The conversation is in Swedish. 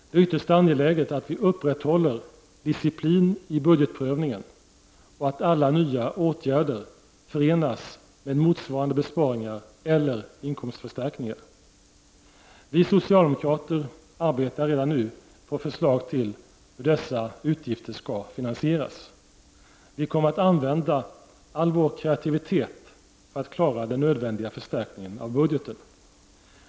Det är ytterst angeläget att vi upprätthåller disciplin i budgetprövningen och att alla nya åtgärder förenas med motsvarande besparingar eller inkomstförstärkningar. Vi socialdemokrater arbetar redan nu på förslag till hur dessa utgifter skall finansieras. Vi kommer att använda all vår kreativitet för att klara den nödvändiga förstärkningen av budgeten.